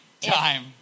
Time